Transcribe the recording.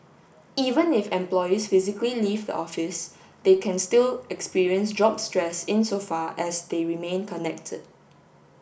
even if employees physically leave the office they can still experience job stress insofar as they remain connected